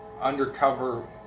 undercover